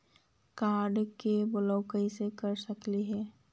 Card के block कैसे कर सकली हे?